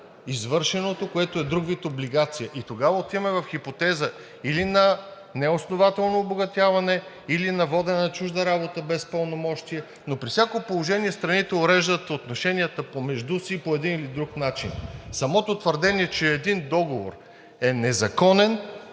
извършеното, което е друг вид облигация. Тогава отиваме в хипотеза или на неоснователно обогатяване, или на водене на чужда работа без пълномощия, но при всяко положение страните уреждат отношенията помежду си по един или друг начин. Самото твърдение, че един договор е незаконен,